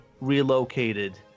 relocated